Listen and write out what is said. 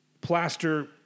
plaster